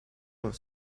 was